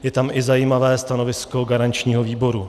Je tam i zajímavé stanovisko garančního výboru.